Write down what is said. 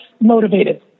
motivated